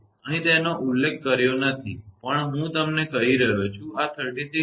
અહીં તેનો ઉલ્લેખ કર્યો નથી પણ હું તમને કહી રહ્યો છું આ 36